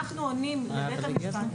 אנחנו עונים לבית המשפט.